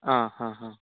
ആ ആ ആ